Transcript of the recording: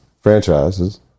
franchises